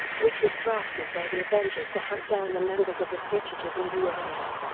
which was drafted by the avengers to hunt down the members of the fugitive new avengers.